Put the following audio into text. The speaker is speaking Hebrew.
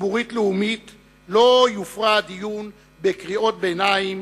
ציבורית-לאומית לא יופרע הדיון בקריאות ביניים